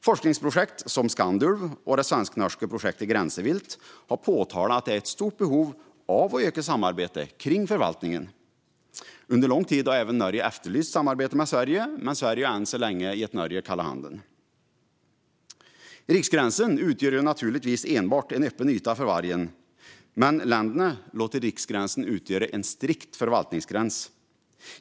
Forskningsprojekt som Skandulv och det svensk-norska projektet Grensevilt har påtalat att det finns ett stort behov av att öka samarbetet kring förvaltningen. Under lång tid har Norge även efterlyst samarbete med Sverige, men Sverige har än så länge gett Norge kalla handen. Riksgränsen utgör naturligtvis enbart en öppen yta för vargen. Men länderna låter riksgränsen utgöra en strikt förvaltningsgräns.